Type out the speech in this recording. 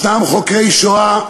יש חוקרי השואה,